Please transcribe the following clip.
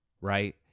right